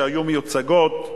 שהיו מיוצגות,